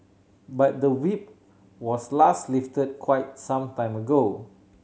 but the Whip was last lifted quite some time ago